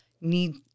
need